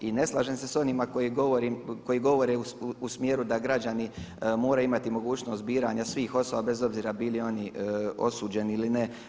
I ne slažem se s onima koji govore u smjeru da građani moraju imati mogućnost biranja svih osoba bez obzira bili oni osuđeni ili ne.